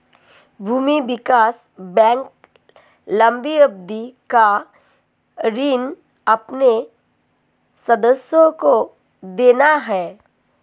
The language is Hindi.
भूमि विकास बैंक लम्बी अवधि का ऋण अपने सदस्यों को देता है